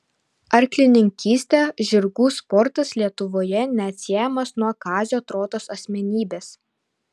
arklininkystė žirgų sportas lietuvoje neatsiejamas nuo kazio trotos asmenybės